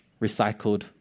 recycled